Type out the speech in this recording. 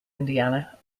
indiana